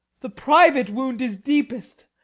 the private wound is deepest.